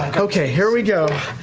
okay, here we go.